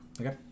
Okay